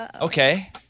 Okay